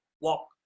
Walk